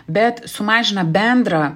bet sumažina bendrą